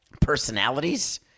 personalities